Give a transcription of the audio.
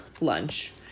lunch